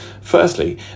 Firstly